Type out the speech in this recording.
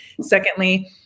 Secondly